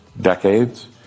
decades